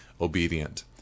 obedient